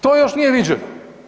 To još nije viđeno.